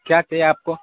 کیا چاہیے آپ کو